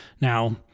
Now